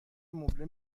مبله